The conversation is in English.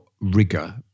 rigor